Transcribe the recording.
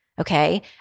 Okay